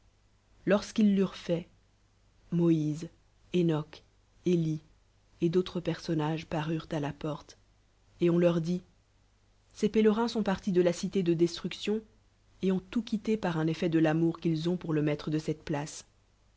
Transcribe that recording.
l'eurent fait moïse enoc elie t d'autres personnages parurent la porte et on leur dit ces pélerins sont partis de la cité de desh'uction et ont tout quiué par un effet de l'amour qu'ils ont pour e jiliiître de cette place